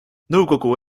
nõukogu